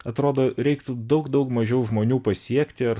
atrodo reiktų daug daug mažiau žmonių pasiekti ar